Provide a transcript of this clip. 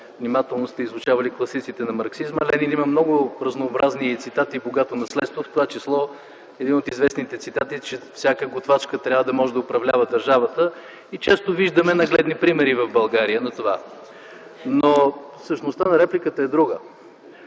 внимателно сте изучавали класиците на Марксизма. Ленин има много разнообразни цитати и богато наследство, в това число един от известните цитати е, че: „Всяка готвачка трябва да може да управлява държавата.” Често виждаме нагледни примери в България на това. Същността на репликата е друга.